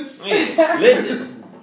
Listen